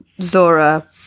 Zora